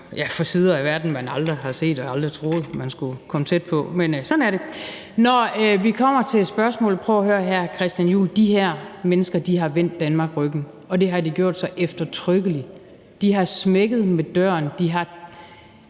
for sider af verden, man aldrig har set og aldrig troet man skulle komme tæt på, men sådan er det. Når vi kommer til spørgsmålet, så prøv at høre her, Christian Juhl: De her mennesker har vendt Danmark ryggen, og det har de gjort så eftertrykkeligt. De har smækket med døren, de har